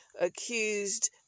accused